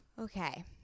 Okay